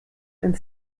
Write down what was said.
and